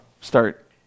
start